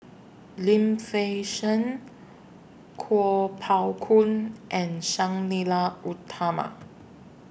Lim Fei Shen Kuo Pao Kun and Sang Nila Utama